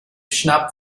schnapp